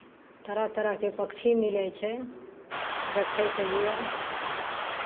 तरह तरहके पक्षी मिलै छै देखयके लिए